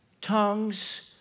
tongues